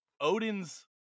Odin's